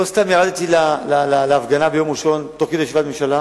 לא סתם ירדתי להפגנה ביום ראשון תוך כדי ישיבת ממשלה